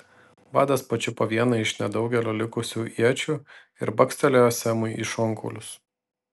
vadas pačiupo vieną iš nedaugelio likusių iečių ir bakstelėjo semui į šonkaulius